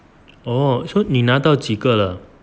oh so 你拿到几个了